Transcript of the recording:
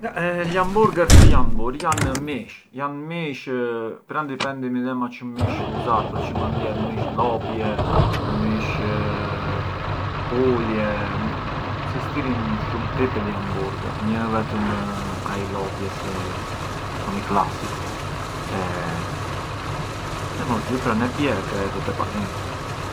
Gli hamburgher si jan burë, jan mis, jan mish e pran dipendi midhema çë mish ghuzar, përçë mënd jet mish lopie, mish pulie, sistirjën shumë tipi di hamburgher ngë ë vetëm ai lopie, thomi classicu, e mosgjë pran e pjek e e vu te panini.